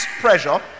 pressure